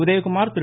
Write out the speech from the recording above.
Udhayakumar Thiru